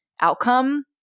outcome